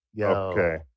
Okay